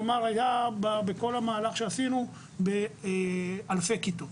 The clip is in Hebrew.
כלומר, היה בכל המהלך שעשינו באלפי כיתות.